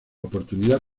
oportunidad